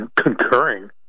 concurring